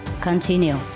continue